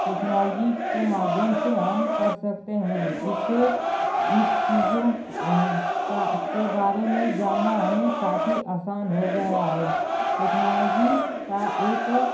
technology के माध्यम से हम कर सकते हैं जिससे इस चीज़ों का के बारे में जाना भी आसान हो गया है टेक्नॉलजी का एक